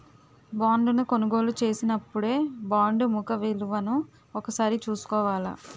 బాండును కొనుగోలు చేసినపుడే బాండు ముఖ విలువను ఒకసారి చూసుకోవాల